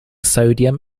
sodium